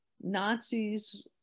nazis